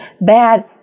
bad